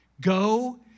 Go